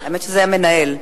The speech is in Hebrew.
האמת שזה היה מנהל.